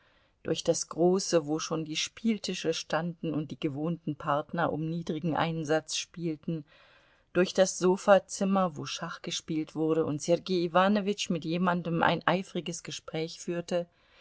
durch das große wo schon die spieltische standen und die gewohnten partner um niedrigen einsatz spielten durch das sofazimmer wo schach gespielt wurde und sergei iwanowitsch mit jemandem ein eifriges gespräch führte